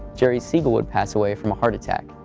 jerry siegel would pass away from a heart attack.